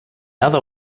other